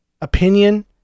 opinion